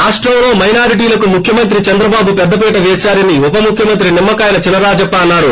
రాష్టంలో మైనారిటీలకు ముఖ్యమంత్రి చంద్రబాబు పెద్దపీట పేశారని ఉప ముద్ఖ్యమంత్రి నిమ్మకాయల చినరాజప్ప అన్నారు